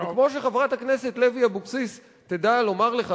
זה כמו שחברת הכנסת לוי אבקסיס תדע לומר לך,